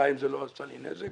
בינתיים זה לא גרם לי נזק